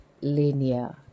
linear